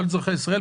לא על אזרחי ישראל.